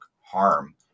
harm